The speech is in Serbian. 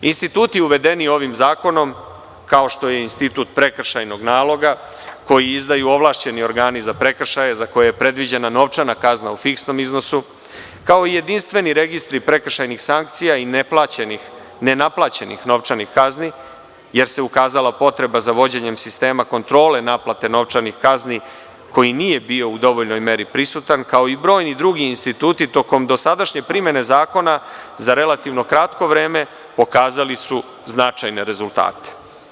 Instituti uvedeni ovim zakonom, kao što je institut prekršajnog naloga, koji izdaju ovlašćeni organi za prekršaje, za koji je predviđena novčana kazna u fiksnom iznosu, kao i jedinstveni registri prekršajnih sankcija i nenaplaćenih novčanih kazni, jer se ukazala potreba za vođenjem sistema kontrole naplate novčanih kazni koji nije bio u dovoljnoj meri prisutan, kao i brojni drugi instituti, tokom dosadašnje primene zakona za relativno kratko vreme pokazali su značajne rezultate.